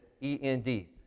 E-N-D